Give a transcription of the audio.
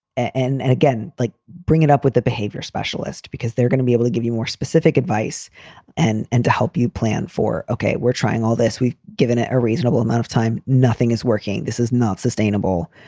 and and again, like bring it up with the behavior specialist, because they're going to be able to give you more specific advice and and to help you plan for. ok. we're trying all this. we've given it a reasonable amount of time. nothing is working. this is not sustainable.